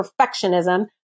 perfectionism